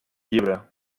llibre